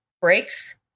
breaks